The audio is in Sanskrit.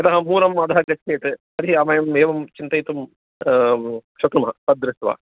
यतः पूर्वम् अधः गच्छेत् तर्हि अ वयम् एवं चिन्तयितुं शक्नुमः तद्दृष्ट्वा